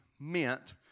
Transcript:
meant